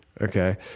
Okay